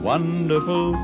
Wonderful